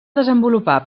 desenvolupar